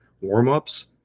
warm-ups